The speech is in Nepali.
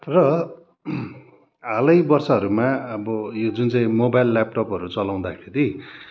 र हालै वर्षहरूमा अब यो जुन चाहिँ मोबाइल ल्यापटपहरू चलाउँदाखेरि